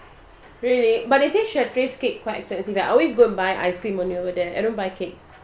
really but they say chateraise cake quite expensive like I always go and buy ice cream only over there I never buy cake